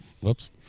Whoops